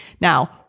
Now